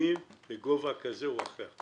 בפיגומים בגובה כזה או אחר.